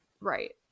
Right